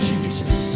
Jesus